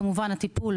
וגם הטיפול,